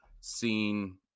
seen